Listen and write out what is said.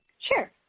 Sure